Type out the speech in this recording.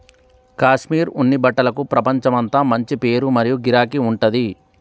కాశ్మీర్ ఉన్ని బట్టలకు ప్రపంచమంతా మంచి పేరు మరియు గిరాకీ ఉంటది